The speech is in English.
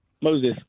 Moses